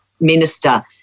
minister